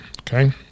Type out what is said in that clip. Okay